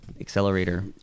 accelerator